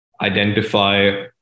identify